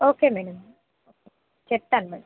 okay madam చెప్తాను madam